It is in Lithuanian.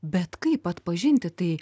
bet kaip atpažinti tai